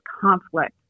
conflict